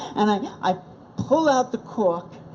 and i mean i pull out the cork,